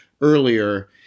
earlier